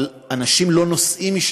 אבל אנשים לא נוסעים שם.